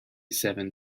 seven